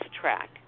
track